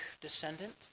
descendant